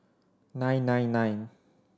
nine nine nine